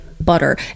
butter